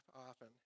often